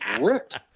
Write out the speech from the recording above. ripped